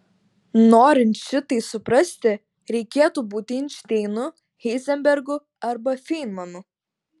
norint šitai suprasti reikėtų būti einšteinu heizenbergu arba feinmanu